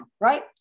right